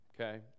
Okay